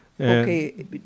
Okay